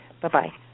Bye-bye